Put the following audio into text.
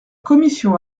commission